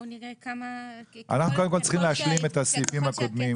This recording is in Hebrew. קודם כל אנחנו צריכים להשלים את הסעיפים הקודמים,